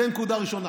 זו נקודה ראשונה.